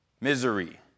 misery